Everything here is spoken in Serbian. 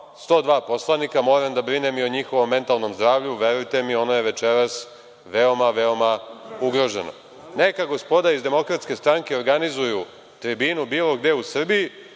102 poslanika, moram da brinem i o njihovom mentalnom zdravlju. Verujte mi, ono je večeras veoma, veoma ugroženo. Neka gospodina iz DS organizuju tribinu bilo gde u Srbiji,